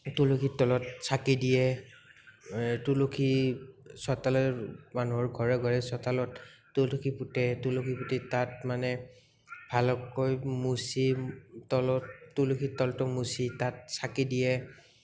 তুলসীৰ তলত চাকি দিয়ে তুলসী চতালৰ মানুহৰ ঘৰে ঘৰে চতালত তুলসী পুতে তুলসী পুতি তাত মানে ভালকৈ মুচি তলত তুলসীৰ তলতো মুচি তাত চাকি দিয়ে